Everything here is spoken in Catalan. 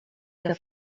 que